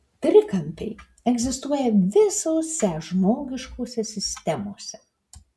trikampiai egzistuoja visose žmogiškose sistemose